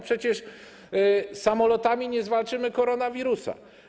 Przecież samolotami nie zwalczymy koronawirusa.